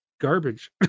garbage